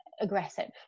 aggressive